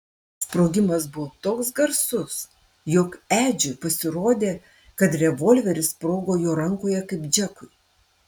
sprogimas buvo toks garsus jog edžiui pasirodė kad revolveris sprogo jo rankoje kaip džekui